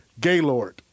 Gaylord